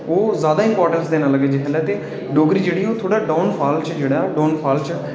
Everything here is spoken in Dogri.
ओह् ज्यादा इंपॅर्टेस देने लगी पे जिसले ते डोगरी जैह्ड़ी ही ओह् डाउनफॅाल च जेह्ड़ा ऐ डाउनफॅाल च आई गेई